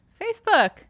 Facebook